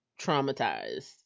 traumatized